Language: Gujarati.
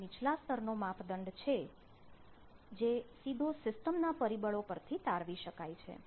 એ નીચલા સ્તરનો માપદંડ છે જે સીધો સિસ્ટમ ના પરિબળો પરથી તારવી શકાય છે